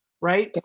right